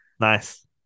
Nice